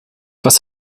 was